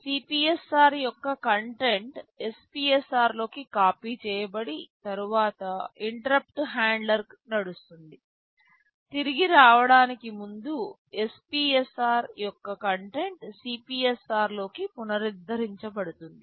CPSR యొక్క content SPSR లోకి copy చేయబడి తరువాత ఇంటర్అప్టు హ్యాండ్లర్ నడుస్తుంది తిరిగి రావడానికి ముందు SPSR యొక్క కంటెంట్ CPSR లోకి పునరుద్ధరించబడుతుంది